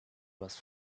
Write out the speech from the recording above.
was